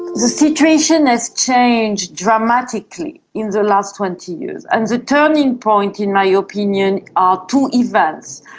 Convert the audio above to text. the situation has changed dramatically in the last twenty years, and the turning point in my yeah opinion are two events.